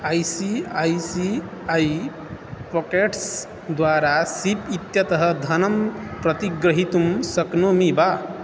I C I C I pockets द्वारा SIP इत्यतः धनं प्रतिग्रहीतुं शक्नोमि वा